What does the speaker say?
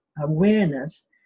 awareness